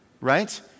right